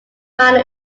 minor